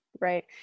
Right